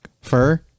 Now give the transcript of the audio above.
fur